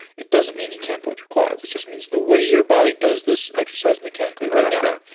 it doesn't mean you can't build your quads. it just means the way your body does this exercise mechanically right now,